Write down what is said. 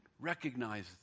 recognize